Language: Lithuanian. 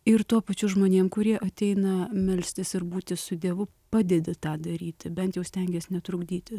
ir tuo pačiu žmonėm kurie ateina melstis ir būti su dievu padedi tą daryti bent jau stengies netrukdyti